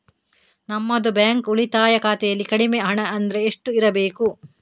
ನಮ್ಮದು ಬ್ಯಾಂಕ್ ಉಳಿತಾಯ ಖಾತೆಯಲ್ಲಿ ಕಡಿಮೆ ಹಣ ಅಂದ್ರೆ ಎಷ್ಟು ಇರಬೇಕು?